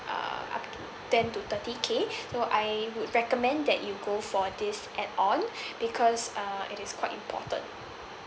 uh up to ten to thirty K so I would recommend that you go for this add on because uh it is quite important